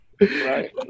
Right